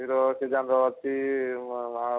hero ସିଦ୍ଧାନ୍ତ ଅଛି